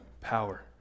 power